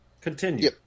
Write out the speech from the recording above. Continue